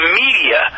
media